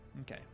Okay